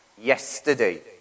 yesterday